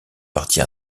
partie